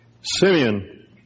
Simeon